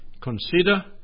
consider